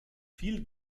viel